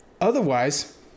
Otherwise